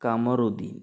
Kamaruddin